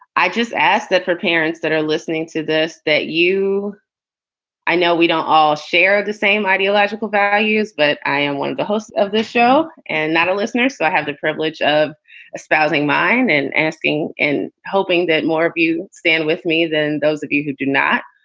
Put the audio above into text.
i just ask that for parents that are listening to this, that, you you know, we don't all share the same ideological values. but i am one of the host of this show and that a listener. so i have the privilege of espousing mine and asking and hoping that more of you stand with me than those of you who do not.